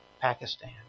Pakistan